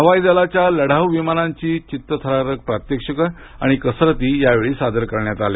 हवाई दलाच्या लढाऊ विमानांची चित्तथरारक प्रात्यक्षिकं आणि कसरती यावेळी सादर करण्यात आल्या